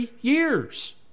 years